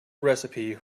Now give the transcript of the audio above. recipe